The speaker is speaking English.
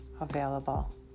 available